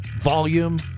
Volume